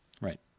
Right